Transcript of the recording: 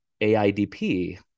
AIDP